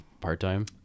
part-time